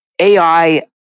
AI